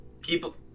people